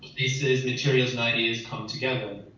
pieces, materials, and ideas come together.